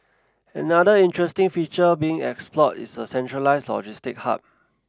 another interesting feature being explored is a centralised logistics hub